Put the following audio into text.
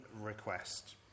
request